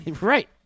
Right